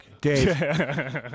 Dave